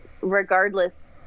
regardless